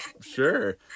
sure